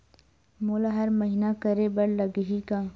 मोला हर महीना करे बर लगही का?